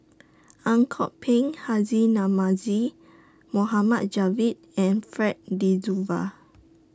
Ang Kok Peng Haji Namazie Mohamed Javad and Fred De